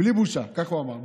בלי בושה, כך הוא אמר.